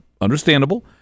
Understandable